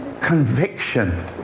conviction